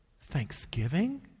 thanksgiving